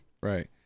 Right